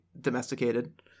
domesticated